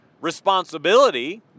responsibility